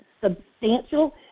substantial